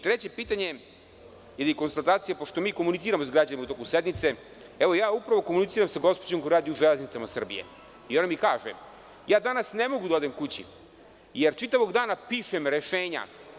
Treće pitanje ili konstatacija, pošto mi komuniciramo sa građanima u toku sednice, ja upravo komuniciram sa gospođom koja radi u „Železnicama“ Srbije i ona mi kaže – ja danas ne mogu da odem kući, jer čitavog dana pišem rešenja.